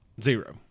zero